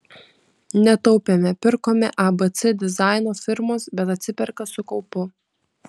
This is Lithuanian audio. netaupėme pirkome abc dizaino firmos bet atsiperka su kaupu